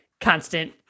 constant